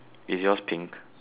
is yours pink